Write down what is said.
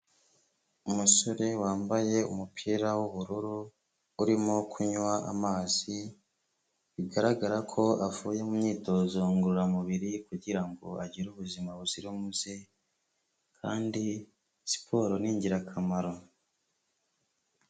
Umusore wambaye umupira w'ubururu urimo kunywa amazi, bigaragara ko avuye mu myitozo ngororamubiri kugirango agire ubuzima buzira umuze kandi siporo ni ingirakamaro.